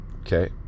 okay